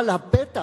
אבל הפתח